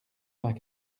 vingt